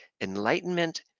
enlightenment